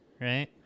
right